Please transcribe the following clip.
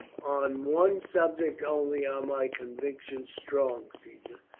on one subject only are my convictions strong, caesar.